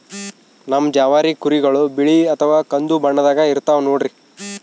ನಮ್ ಜವಾರಿ ಕುರಿಗಳು ಬಿಳಿ ಅಥವಾ ಕಂದು ಬಣ್ಣದಾಗ ಇರ್ತವ ನೋಡ್ರಿ